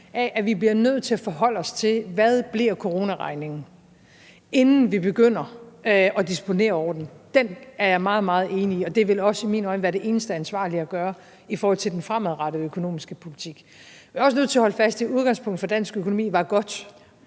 at vi bliver nødt til at forholde os til, hvad coronaregningen bliver, inden vi begynder at disponere over den, er jeg meget, meget enig i det, og det vil også i mine øjne være det eneste ansvarlige at gøre i forhold til den fremadrettede økonomiske politik. Jeg er også nødt til at holde fast i, at udgangspunktet for dansk økonomi var godt.